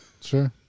Sure